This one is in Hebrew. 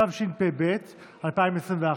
התשפ"ב 2021,